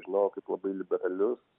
žinojau kaip labai liberalius